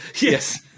Yes